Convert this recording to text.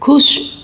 खु़शि